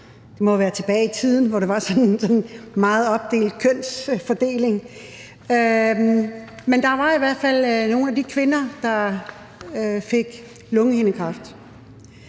det må være tilbage i tiden, hvor der var en sådan meget opdelt kønsfordeling – for der var nogle af de kvinder, der fik lungehindekræft.